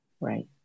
Right